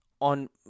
On